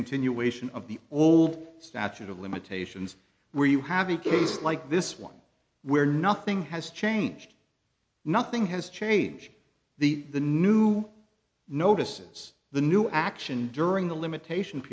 continuation of the old statute of limitations where you have a case like this one where nothing has changed nothing has changed the the new notices the new action during the limitation